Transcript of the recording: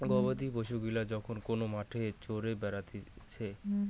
গবাদি পশু গিলা যখন কোন মাঠে চরে বেড়াতিছে